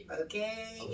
Okay